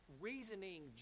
reasoning